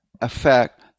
affect